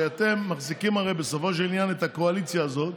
ואתם מחזיקים הרי בסופו של עניין את הקואליציה הזאת,